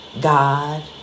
God